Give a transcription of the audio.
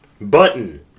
Button